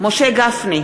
משה גפני,